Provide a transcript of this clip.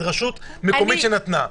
זו רשות מקומית שנתנה.